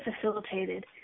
facilitated